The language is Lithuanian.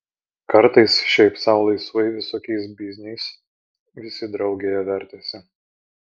kartais šiaip sau laisvai visokiais bizniais visi draugėje vertėsi